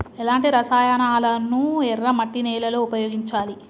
ఎలాంటి రసాయనాలను ఎర్ర మట్టి నేల లో ఉపయోగించాలి?